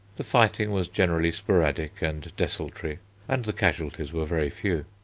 the fighting was generally sporadic and desultory and the casualties were very few.